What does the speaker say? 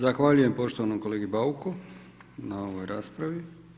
Zahvaljujem poštovanom kolegi Bauku na ovoj raspravi.